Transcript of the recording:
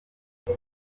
ati